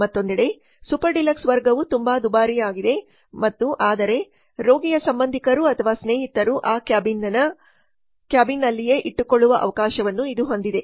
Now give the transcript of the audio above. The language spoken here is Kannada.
ಮತ್ತೊಂದೆಡೆ ಸೂಪರ್ ಡಿಲಕ್ಸ್ ವರ್ಗವು ತುಂಬಾ ದುಬಾರಿಯಾಗಿದೆ ಮತ್ತು ಆದರೆ ರೋಗಿಯ ಸಂಬಂಧಿಕರು ಅಥವಾ ಸ್ನೇಹಿತರನ್ನು ಆ ಕ್ಯಾಬಿನ್ನಲ್ಲಿಯೇ ಇಟ್ಟುಕೊಳ್ಳುವ ಅವಕಾಶವನ್ನು ಇದು ಹೊಂದಿದೆ